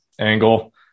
angle